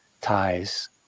ties